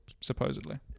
supposedly